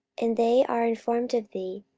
and they are informed of thee,